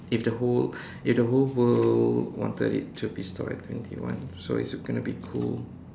if the whole if the whole world wanted it to be stop at twenty one so is it gonna be cool